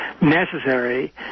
necessary